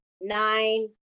nine